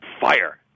fire